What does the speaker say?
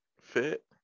fit